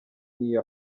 n’iyo